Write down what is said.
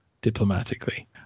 diplomatically